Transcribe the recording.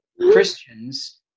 christians